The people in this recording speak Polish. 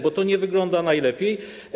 Bo to nie wygląda najlepiej.